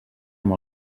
amb